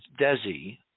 Desi